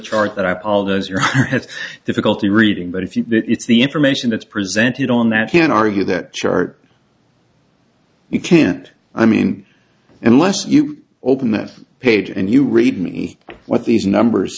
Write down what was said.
chart that are all those you're has difficulty reading but if you it's the information that's presented on that can argue that chart you can't i mean unless you open that page and you read me what these numbers